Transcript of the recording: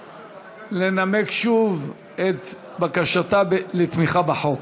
ביקשה לנמק שוב את בקשתה לתמיכה בחוק.